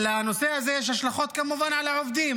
לנושא הזה יש כמובן השלכות על העובדים.